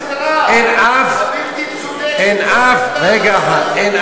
לא בגלל המצוקה, בגלל, הבלתי-צודקת.